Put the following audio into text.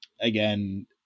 again